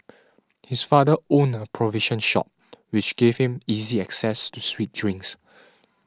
his father owned a provision shop which gave him easy access to sweet drinks